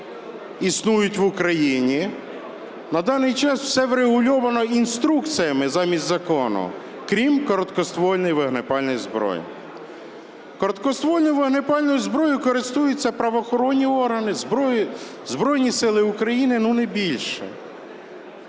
існують в Україні. На даний час все врегульовано інструкціями замість закону, крім короткоствольної вогнепальної зброї. Короткоствольною вогнепальною зброєю користуються правоохоронні органи, Збройні Сили України, ну, не більше.